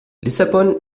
lissabon